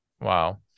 Wow